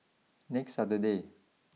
next Saturday